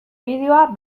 bideoa